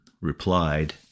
replied